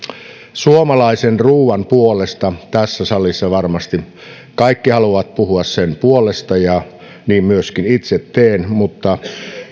suomalaisen ruoan puolesta tässä salissa varmasti kaikki haluavat puhua ja niin myöskin itse teen mutta